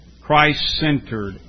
Christ-centered